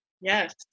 Yes